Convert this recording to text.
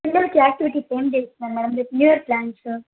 పిల్లలకి యాక్టివిటీస్ ఏమి చేయిస్తున్నారు madam with new year plans